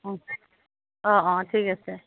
অঁ অঁ অঁ ঠিক আছে